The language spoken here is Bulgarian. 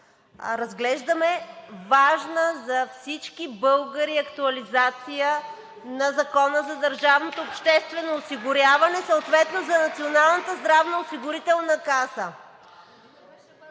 разглеждаме важна за всички българи актуализация на Закона за държавното обществено осигуряване, съответно на Националната здравноосигурителна каса.